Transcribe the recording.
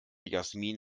jasmin